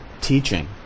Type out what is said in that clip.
teaching